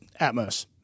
Atmos